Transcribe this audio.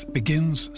begins